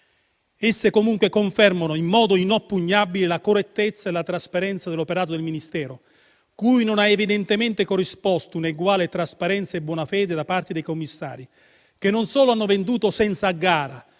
Esse comunque confermano in modo inoppugnabile la correttezza e la trasparenza dell'operato del Ministero, cui i commissari non hanno evidentemente corrisposto eguali trasparenza e buona fede perché non solo hanno venduto senza gara